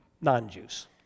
non-Jews